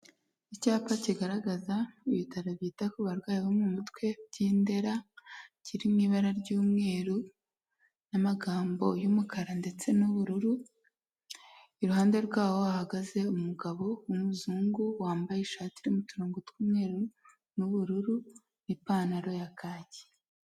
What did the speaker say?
Icyapa kigaragaza ibitaro byita ku barwayi bo mu mutwe by'indera kirimo ibara ry'umweru n'amagambo y'umukara ndetse n'ubururu iruhande rwawo ahagaze umugabo w'umuzungu wambaye ishati irimo uturongo tw'umweru n'ubururu n'ipantaro ya kaki.